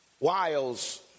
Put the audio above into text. Wiles